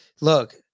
look